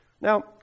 Now